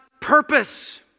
purpose